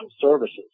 services